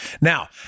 Now